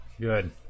Good